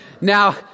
Now